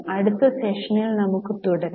അടുത്ത സെഷനിൽ നമുക് തുടരാം